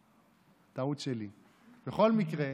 תדעו לכם,